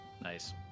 Nice